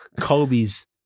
Kobe's